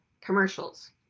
commercials